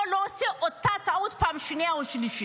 או לא עושה אותה טעות פעם שנייה או שלישית.